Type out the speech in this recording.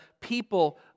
people